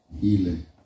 healing